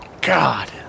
god